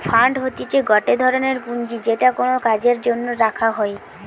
fund হতিছে গটে ধরনের পুঁজি যেটা কোনো কাজের জন্য রাখা হই